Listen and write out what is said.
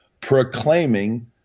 proclaiming